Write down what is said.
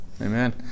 Amen